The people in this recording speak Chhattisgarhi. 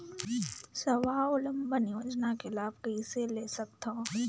स्वावलंबन योजना के लाभ कइसे ले सकथव?